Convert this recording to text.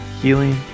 healing